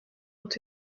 ont